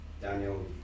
Daniel